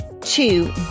Two